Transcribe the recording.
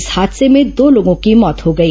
इस हादसे में दो लोगों की मौत हो गई